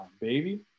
baby